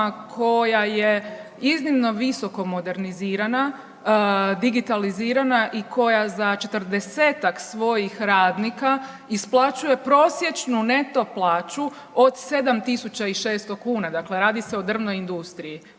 koja je iznimno visoko modernizirana, digitalizirana i koja za 40-tak svojih radnika isplaćuje prosječnu neto plaću od 7.600 kuna, dakle radi se o drvnoj industriji